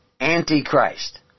Antichrist